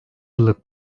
yıllık